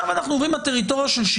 אני יכול לבקש את כל המידע שיש בתיק,